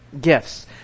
Gifts